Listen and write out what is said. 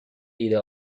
ایده